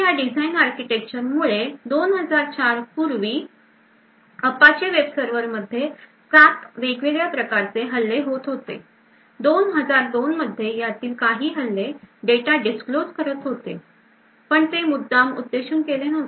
तर ह्या design architecture मुळे 2004 पूर्वी Apache's वेब सर्वर मध्ये सात वेगवेगळ्या प्रकारचे हल्ले होत होते 2002 मध्ये ह्यातील काही हल्ले डेटा दिस्क्लोज करत होते पण ते मुद्दाम उद्देशून केले नव्हते